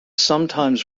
sometimes